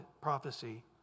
prophecy